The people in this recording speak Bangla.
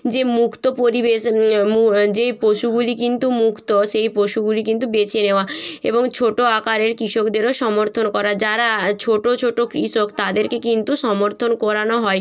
যে মুক্ত পরিবেশ মু যেই পশুগুলি কিন্তু মুক্ত সেই পশুগুলি কিন্তু বেছে নেওয়া এবং ছোটো আকারের কৃষকদেরও সমর্থন করা যারা ছোটো ছোটো কৃষক তাদেরকে কিন্তু সমর্থন করানো হয়